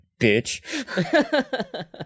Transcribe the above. bitch